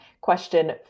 question